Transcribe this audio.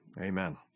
Amen